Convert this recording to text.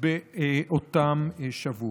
באותם שבועות.